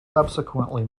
subsequently